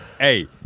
Hey